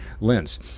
lens